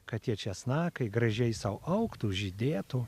kad tie česnakai gražiai sau augtų žydėtų